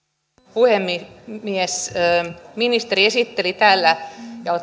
puhemies ministeri esitteli täällä